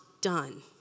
done